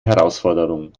herausforderung